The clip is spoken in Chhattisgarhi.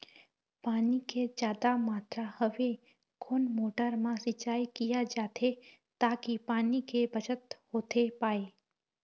पानी के जादा मात्रा हवे कोन मोटर मा सिचाई किया जाथे ताकि पानी के बचत होथे पाए?